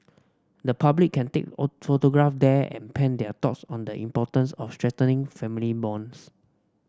the public can take photographs there and pen their thoughts on the importance of strengthening family bonds